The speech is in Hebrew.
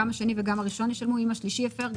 גם השני וגם הראשון ישלמו ואם השלישי הפר,